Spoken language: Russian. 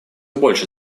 больше